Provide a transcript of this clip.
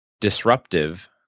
disruptive